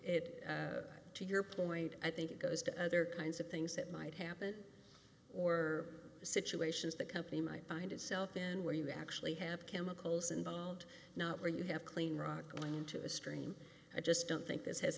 it to your point i think it goes to other kinds of things that might happen or situations the company might find itself and where you actually have chemicals involved not where you have clean rock going into a stream i just don't think this has